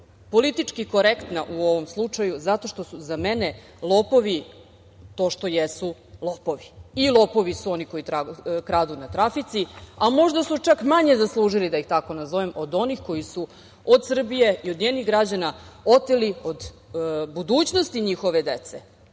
politički korektna u ovom slučaju, zato što su za mene lopovi to što jesu – lopovi. I lopovi su oni koji kradu na trafici, a možda su čak manje zaslužili da ih tako nazovem od onih koji su od Srbije i od njenih građana oteli, od budućnosti njihove dece.